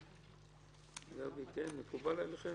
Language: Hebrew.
גבי, מקובל עליכם?